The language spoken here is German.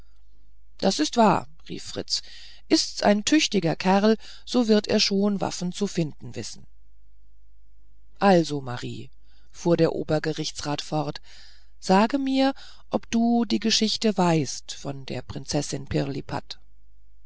das ist wahr rief fritz ist's ein tüchtiger kerl so wird er schon waffen zu finden wissen also marie fuhr der obergerichtsrat fort sage mir ob du die geschichte weißt von der prinzessin pirlipat